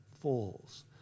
falls